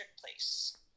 place